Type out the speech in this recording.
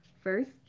first